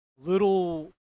little